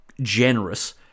generous